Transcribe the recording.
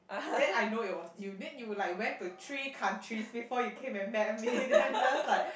then I know it was you then you like went to three countries before you came and met me then I just like